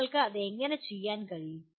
നിങ്ങൾക്ക് അത് എങ്ങനെ ചെയ്യാൻ കഴിയും